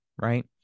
right